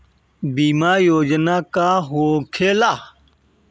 बीमा योजना का होखे ला?